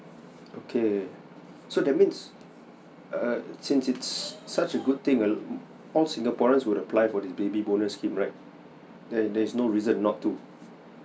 okay so that means err since it's such a good thing uh all singaporeans will apply for this baby bonus scheme right there's there's no reason not to